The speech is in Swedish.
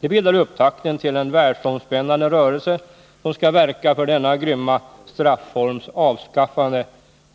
Detta bildade upptakten till en världsomspännande rörelse, som skall verka för denna grymma strafforms avskaffande